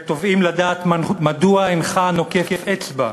ותובעים לדעת מדוע אינך נוקף אצבע.